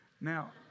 Now